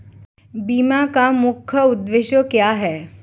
बीमा का मुख्य उद्देश्य क्या है?